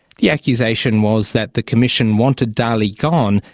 the accusation was that the commission wanted dalli gone,